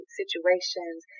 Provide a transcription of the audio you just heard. situations